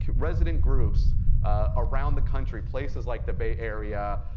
resident groups around the country, places like the bay area,